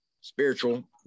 Spiritual